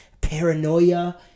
paranoia